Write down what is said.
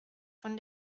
von